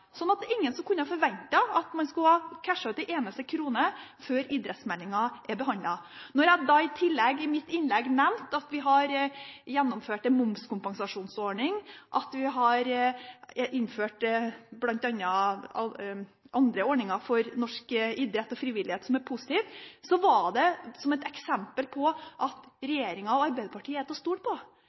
er behandlet. Ingen forventer at en skal «cashe» ut en eneste krone før idrettsmeldingen er behandlet. Når jeg da i tillegg i mitt innlegg nevnte at vi har gjennomført en momskompensasjonsordning, at vi har innført andre ordninger for norsk idrett og frivillighet som er positive, var det som eksempel på at regjeringen og Arbeiderpartiet er til å stole på.